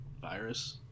virus